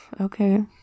Okay